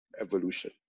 evolution